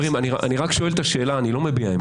חברים, אני רק שואל את השאלה, אני לא מביע עמדה.